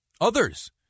Others